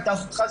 הייתה אחותך.